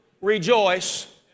rejoice